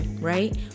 right